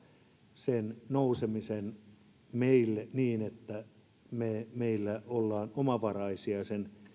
sen nousemisen meille niin että meillä ollaan omavaraisia